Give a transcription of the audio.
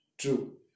true